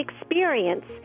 experience